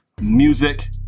music